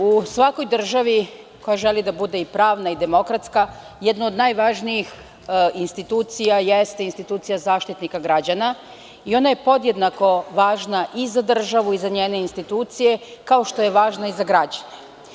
U svakoj državi koja želi da bude pravna i demokratska, jedna od najvažnijih institucija jeste institucija Zaštitnika građana i ona je podjednako važna i za državu i za njene institucije, kao što je važna i za građane.